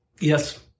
Yes